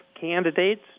candidates